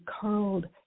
curled